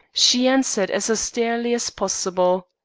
she answered as austerely as possible.